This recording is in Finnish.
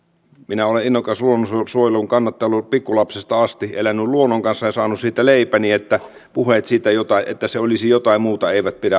minä olen innokas luonnonsuojelun kannattaja ollut pikkulapsesta asti elänyt luonnon kanssa ja saanut siitä leipäni niin että puheet siitä että se olisi jotain muuta eivät pidä paikkaansa